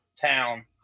town